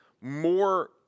more